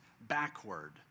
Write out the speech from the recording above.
backward